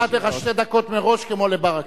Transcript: נתתי לך שתי דקות מראש, כמו לברכה.